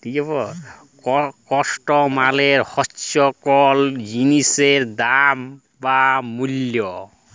cost মালে হচ্যে কল জিলিসের দাম বা মূল্য